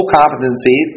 competency